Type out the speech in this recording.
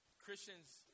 Christians